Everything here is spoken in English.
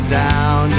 down